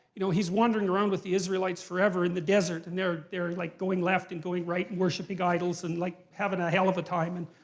you know, he's wandering around with the israelites forever in the desert. and they're they're like going left and going right and worshiping idols and like having a hell of a time. and